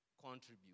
contribute